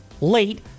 late